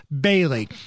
Bailey